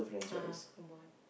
ah Kumon